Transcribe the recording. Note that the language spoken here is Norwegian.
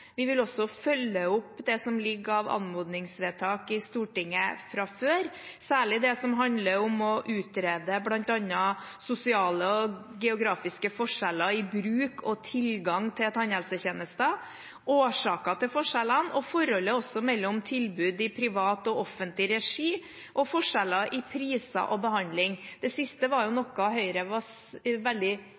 Vi vil også følge opp det som ligger av anmodningsvedtak i Stortinget fra før, særlig det som handler om å utrede bl.a. sosiale og geografiske forskjeller i bruk av og tilgang til tannhelsetjenester, årsaker til forskjeller og også forholdet mellom tilbud i privat og offentlig regi og forskjeller i priser og behandling. Det siste var noe Høyre i sin tid i regjering var veldig